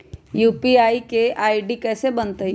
UPI के ID कैसे बनतई?